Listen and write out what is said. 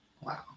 wow